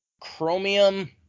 chromium